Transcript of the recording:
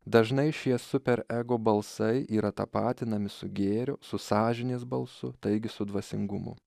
dažnai šie super ego balsai yra tapatinami su gėriu su sąžinės balsu taigi su dvasingumu